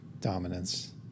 dominance